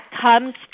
comes